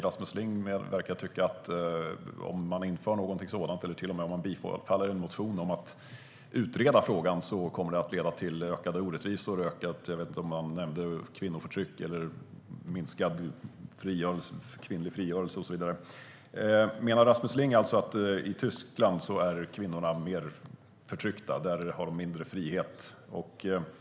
Rasmus Ling verkar tycka att om man inför någonting sådant, eller till och med om man bifaller en motion om att utreda frågan, kommer det att leda till ökade orättvisor. Jag vet inte om han också nämnde ökat kvinnoförtryck, minskad kvinnlig frigörelse och så vidare. Menar alltså Rasmus Ling att kvinnorna i Tyskland är mer förtryckta och har mindre frihet?